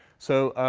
so